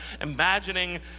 imagining